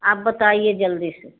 आप बताइए जल्दी से